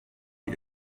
die